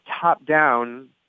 top-down